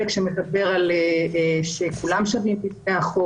שמדבר על כך שכולם שווים בפני החוק.